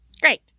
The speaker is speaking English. great